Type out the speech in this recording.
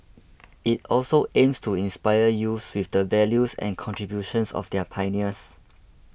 it also aims to inspire youths with the values and contributions of their pioneers